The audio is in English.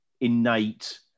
innate